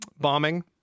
bombing